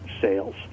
sales